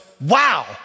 wow